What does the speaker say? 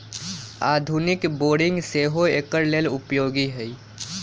आधुनिक बोरिंग सेहो एकर लेल उपयोगी है